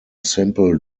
simple